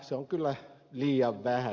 se on kyllä liian vähän